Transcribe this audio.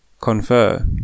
Confer